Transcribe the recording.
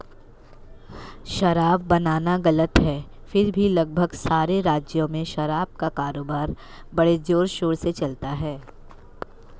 शराब बनाना गलत है फिर भी लगभग सारे राज्यों में शराब का कारोबार बड़े जोरशोर से चलता है